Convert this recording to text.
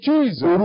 Jesus